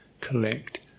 collect